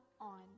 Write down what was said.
on